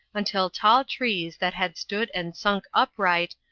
until tall trees, that had stood and sunk upright,